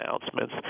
announcements